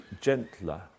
gentler